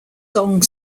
song